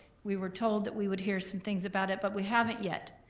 we were told that we would hear some things about it, but we haven't yet.